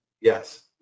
Yes